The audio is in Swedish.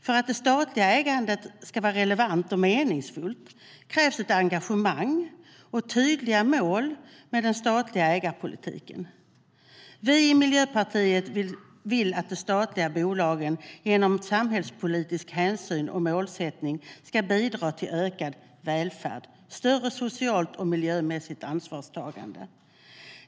För att det statliga ägandet ska vara relevant och meningsfullt krävs engagemang och tydliga mål med den statliga ägarpolitiken. Vi i Miljöpartiet vill att de statliga bolagen genom samhällspolitisk hänsyn och målsättning ska bidra till ökad välfärd och större socialt och miljömässigt ansvarstagande.